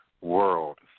world